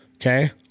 Okay